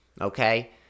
okay